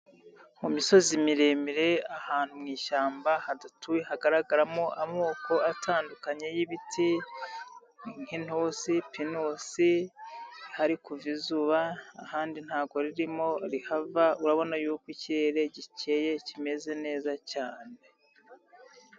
Mu misozi miremire ahantu mu ishyamba, hadatuwe hagaragaramo amoko atandukanye y'ibiti, nk'inurusi, pinusi, hari kuva izuba, ahandi ntago ririmo rihava, urabona yuko ikirere gikeye kimeze neza cyane.